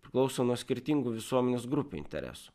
priklauso nuo skirtingų visuomenės grupių interesų